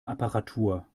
apparatur